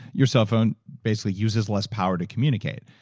your cell phone basically uses less power to communicate.